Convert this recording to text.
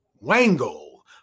Wangle